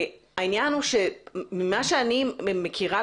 העניין הוא שממה אני מכירה,